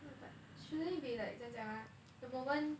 no but shouldn't it be like 怎样讲 ah the moment